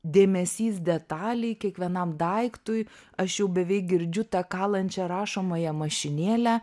dėmesys detalei kiekvienam daiktui aš jau beveik girdžiu tą kalančia rašomąja mašinėle